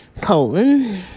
colon